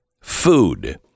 food